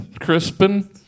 Crispin